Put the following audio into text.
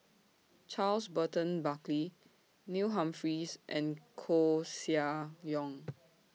Charles Burton Buckley Neil Humphreys and Koeh Sia Yong